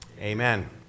Amen